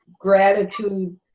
gratitude